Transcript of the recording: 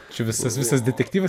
čia visas visas detektyvas